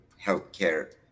healthcare